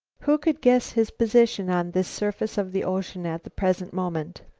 who could guess his position on the surface of the ocean at the present moment?